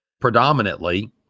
predominantly